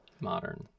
modern